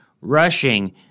rushing